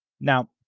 Now